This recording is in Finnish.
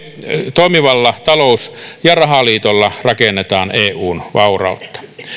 toimivalla talous ja rahaliitolla rakennetaan eun vaurautta